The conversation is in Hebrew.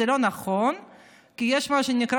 תודה.